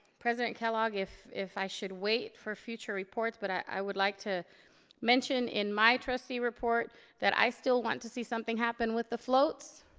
president kellogg, if if i should wait for future reports but i would like to mention in my trustee report that i still want to see something happen with the floats.